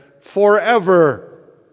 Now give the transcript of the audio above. forever